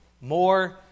more